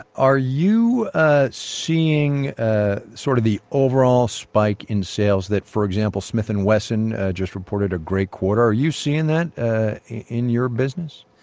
are you ah seeing ah sort of the overall spike in sales that, for example, smith and wesson just reported a great quarter, are you seeing that ah in your business?